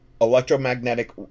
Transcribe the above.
electromagnetic